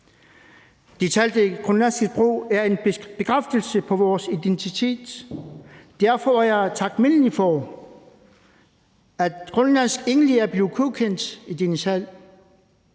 Det talte grønlandske sprog er en bekræftelse på vores identitet. Derfor er jeg taknemlig for, at grønlandsk endelig er blevet godkendt i denne sal.